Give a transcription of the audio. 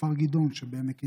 בכפר גדעון שבעמק יזרעאל.